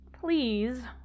please